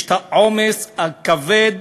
יש עומס כבד